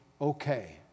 okay